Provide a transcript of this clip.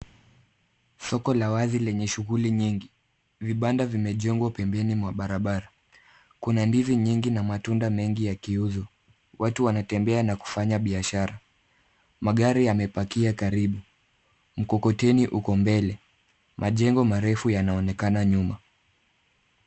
Soko la wazi lenye shughuli nyingi. Vibanda vimejengwa pembeni mwa barabara. Kuna ndizi nyingi na matunda mengi ya kiuzu. Watu wanatembea na kufanya biashara. Magari yamepakia karibu. Mkokoteni huko mbele majengo marefu yanaonekana nyuma.